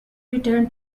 return